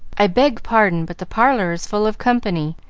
i beg pardon, but the parlor is full of company,